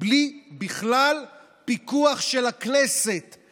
בלי פיקוח של הכנסת בכלל.